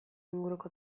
inguruko